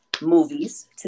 movies